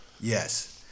Yes